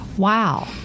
Wow